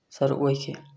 ꯁꯔꯨꯛ ꯑꯣꯏꯈꯤ